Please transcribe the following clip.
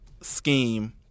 scheme